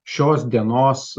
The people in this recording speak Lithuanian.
šios dienos